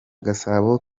gasabo